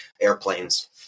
airplanes